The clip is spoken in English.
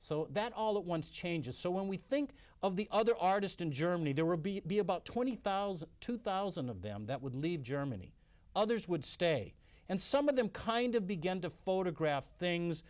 so that all at once changes so when we think of the other artist in germany there would be be about twenty thousand two thousand of them that would leave germany others would stay and some of them kind of began to photograph things